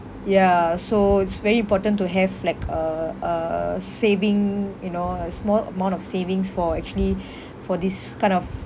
ya so it's very important to have like a a saving you know a small amount of savings for actually for this kind of